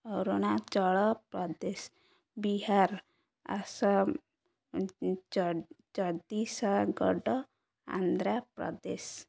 Arunachal Pradesh Bihar Assam Chhattisgarh Andhra Pradesh